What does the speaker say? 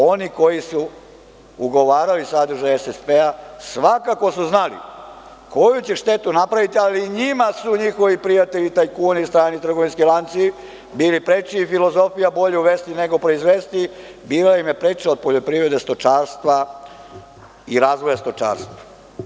Oni koji su ugovarali sadržaj SSP su svakako znali koju će štetu napraviti, ali njima su njihovi prijatelji tajkuni i strani trgovinski lanci, bili preči i filozofija - bolje uvesti, nego proizvesti, bila im je preča od poljoprivrede, stočarstva i razvoja stočarstva.